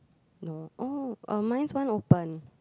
no oh oh mines one open